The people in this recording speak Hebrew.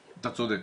אתה צודק.